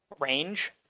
range